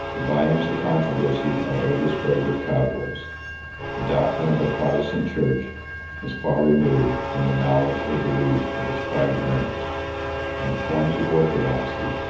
the volumes of controversy are overspread with cobwebs the doctrine of a protestant church is far removed from the knowledge or belief of its private members and the forms of orthodoxy,